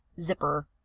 zipper